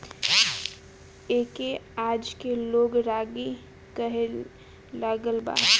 एके आजके लोग रागी कहे लागल बा